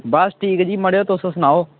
बस ठीक जी मड़ेओ तुस सनाओ